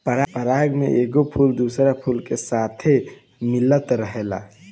पराग में एगो फूल दोसरा फूल के साथे मिलत रहेला